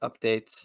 updates